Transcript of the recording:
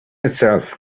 itself